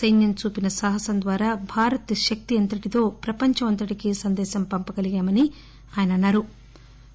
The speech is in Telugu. సైన్నం చూపిన సాహసం ద్వారా భారత్ శక్తి ఎంతటిదో ప్రపంచం అంతటికీ సందేశం పంప గలిగామని ఆయన అన్నా రు